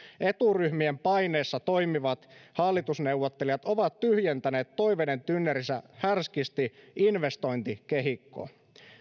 eturyhmien paineessa toimivat hallitusneuvottelijat ovat tyhjentäneet toiveiden tynnyrinsä härskisti investointikehikkoon